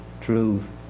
truth